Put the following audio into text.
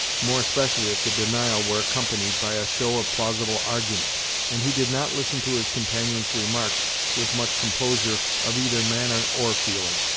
more especially if the denial were accompanied by a show of plausible argument and he did not listen to his companion's remarks with much composure of either manner or feeling.